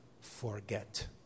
forget